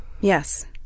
yes